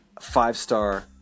five-star